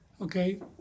Okay